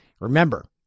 Remember